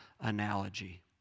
analogy